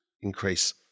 increase